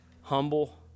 humble